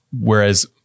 whereas